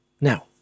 Now